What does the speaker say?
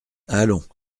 allons